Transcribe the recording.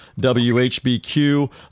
WHBQ